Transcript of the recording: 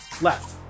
left